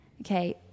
Okay